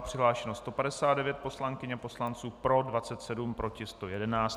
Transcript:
Přihlášeno 159 poslankyň a poslanců, pro 27, proti 111.